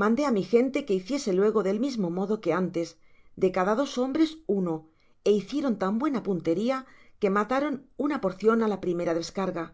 mandé á mi gente que hiciese luego del mismo modo que antes de cada dos hombres uno é hicieron tan buena punteria que mataron una porcion á la primera descarga